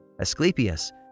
Asclepius